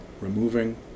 removing